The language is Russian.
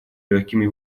легкими